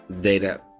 data